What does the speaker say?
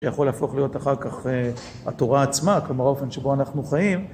שיכול להפוך להיות אחר כך התורה עצמה, כלומר, האופן שבו אנחנו חיים.